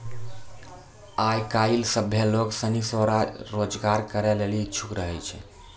आय काइल सभ्भे लोग सनी स्वरोजगार करै लेली इच्छुक रहै छै